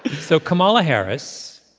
so kamala harris,